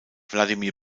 wladimir